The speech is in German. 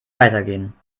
weitergehen